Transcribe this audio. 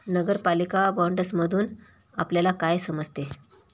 नगरपालिका बाँडसमधुन आपल्याला काय समजते?